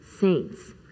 Saints